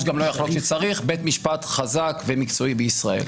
גם לא יחלוק כי צריך בית משפט חזק ומקצועי בישראל.